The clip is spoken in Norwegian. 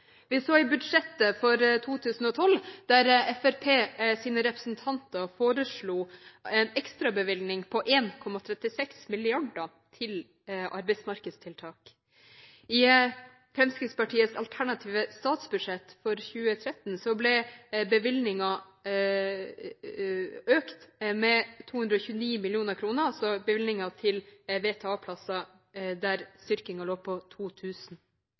Vi så i budsjettet for 2012 at Fremskrittspartiets representanter foreslo en ekstrabevilgning på 1,36 mrd. kr til arbeidsmarkedstiltak. I Fremskrittspartiets alternative statsbudsjett for 2013 ble bevilgningen økt med 229